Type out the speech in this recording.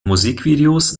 musikvideos